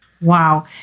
Wow